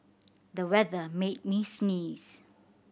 the weather made me sneeze